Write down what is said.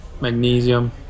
magnesium